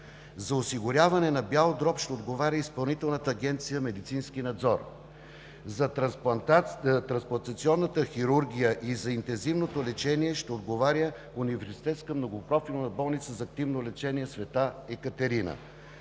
за осигуряването на бял дроб ще отговаря Изпълнителна агенция „Медицински надзор“; - за трансплантационната хирургия и за интензивното лечение ще отговаря Университетска многопрофилна болница за активно лечение „Света Екатерина“;